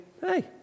hey